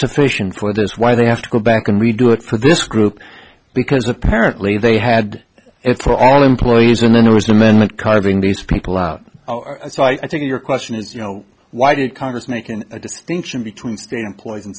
sufficient for this why they have to go back and redo it for this group because apparently they had it for all employees and then there was an amendment carving these people out so i think your question is you know why did congress making a distinction between sta